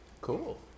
Cool